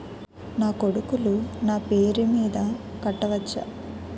నా కొడుకులు నా పేరి మీద కట్ట వచ్చా?